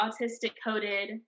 autistic-coded